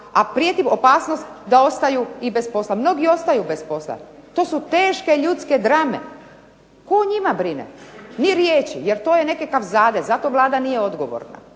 a prijeti opasnost da ostaju i bez posla. Mnogi ostaju bez posla. To su teške ljudske drame. Tko o njima brine? Ni riječi. Jer to je nekakav zades. Za to Vlada nije odgovorna.